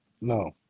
No